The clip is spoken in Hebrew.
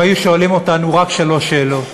הם היו שואלים אותנו רק שלוש שאלות: